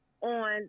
on